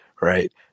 right